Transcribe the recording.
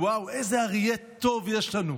וואו, איזה אריה טוב יש לנו.